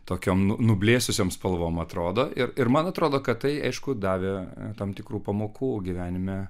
tokiom nu nublėsusiom spalvom atrodo ir ir man atrodo kad tai aišku davė tam tikrų pamokų gyvenime